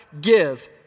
give